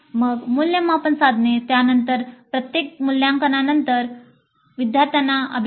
मग मूल्यांकन साधने त्यानंतर प्रत्येक मूल्यांकनानंतर विद्यार्थ्यांना अभिप्राय